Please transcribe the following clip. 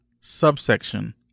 subsection